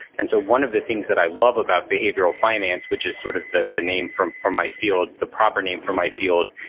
and so one of the things that i love about behavioral finance, which is sort of the the name for for my field, the proper name for my field,